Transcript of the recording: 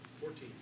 Fourteen